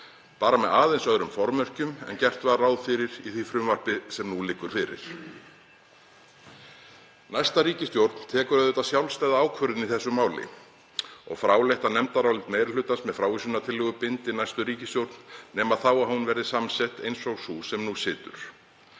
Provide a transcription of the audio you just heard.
bara með aðeins öðrum formerkjum en gert var ráð fyrir í því frumvarpi sem nú liggur fyrir. Næsta ríkisstjórn tekur sjálfstæða ákvörðun í þessu máli og fráleitt að nefndarálit meiri hlutans með frávísunartillögu bindi næstu ríkisstjórn, nema þá að hún verði samsett eins og sú sem nú situr.